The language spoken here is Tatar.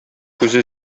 күзе